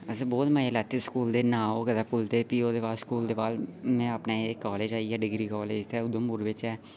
असें बहुत मजा लैता स्कूल दे ना ओह् कदें भुलदे स्कूल दे फ्ही कालेज आई गेआ कालेज उधमपुर बिच ऐ